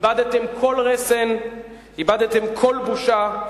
איבדתם כל רסן, איבדתם כל בושה,